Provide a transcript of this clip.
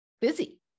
busy